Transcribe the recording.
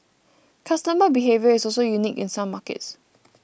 customer behaviour is also unique in some markets